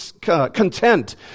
content